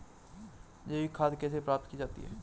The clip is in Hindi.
जैविक खाद कैसे प्राप्त की जाती है?